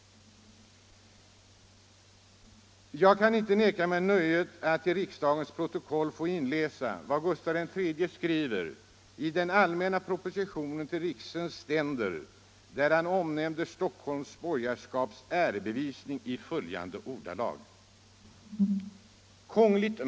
Jag kan inte neka mig nöjet att i riksdagens protokoll få läsa in vad Gustav III skriver i den allmänna propositionen till riksens ständer, där han omnämner Stockholms borgerskaps ärebevisning i följande ordalag: ”Kongl.